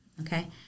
okay